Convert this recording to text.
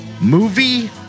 Movie